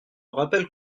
rappel